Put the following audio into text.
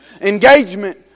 Engagement